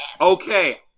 Okay